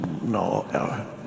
no